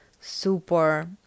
super